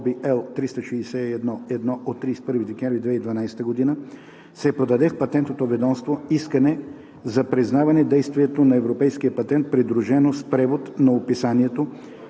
от 31 декември 2012), се подаде в Патентното ведомство искане за признаване действието на европейския патент, придружено с превод на описанието